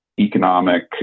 economic